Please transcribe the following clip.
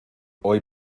hoy